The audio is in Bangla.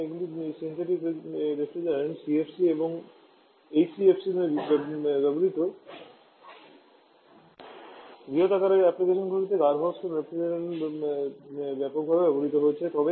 সুতরাং এগুলি সিন্থেটিক রেফ্রিজারেন্ট সিএফসি এবং এইচসিএফসিগুলি বৃহত আকারের অ্যাপ্লিকেশনগুলিতে গার্হস্থ্য রেফ্রিজারেটরে ব্যাপকভাবে ব্যবহৃত হয়েছে